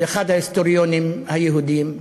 של אחד ההיסטוריונים היהודים,